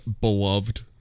beloved